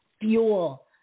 fuel